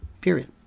Period